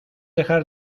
dejar